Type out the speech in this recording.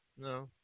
No